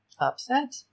Upset